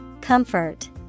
Comfort